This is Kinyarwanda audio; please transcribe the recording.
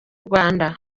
rwanda